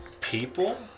people